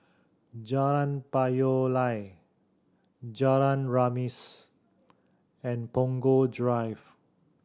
Jalan Payoh Lai Jalan Remis and Punggol Drive